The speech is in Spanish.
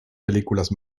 películas